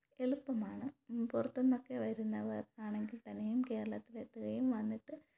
എളുപ്പമാണ് പുറത്തുനിന്നൊക്കെ വരുന്നവർക്ക് ആണെങ്കിൽ തന്നെയും കേരളത്തിലെത്തുകയും വന്നിട്ട്